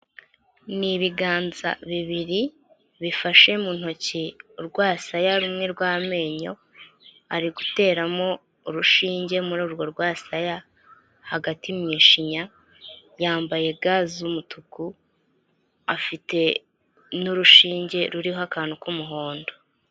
Ni ibiganza bibiri bifashe mu ntoki urwasaya rumwe rw'amenyo, ari guteramo urushinge muri urwo rwasaya hagati mu ishinya, yambaye ga z'umutuku afite n'urushinge ruriho akantu k'umuhondo.